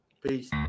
Peace